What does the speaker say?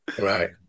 Right